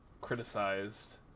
criticized